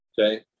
okay